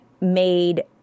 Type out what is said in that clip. made